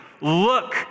look